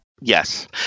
Yes